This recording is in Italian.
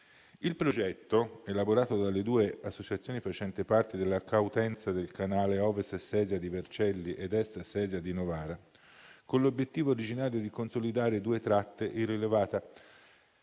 Il progetto, elaborato dalle due associazioni facenti parte della Coutenza del canale Ovest Sesia di Vercelli ed Est Sesia di Novara con l'obiettivo originario di consolidare due tratte della